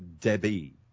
Debbie